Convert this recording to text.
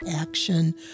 action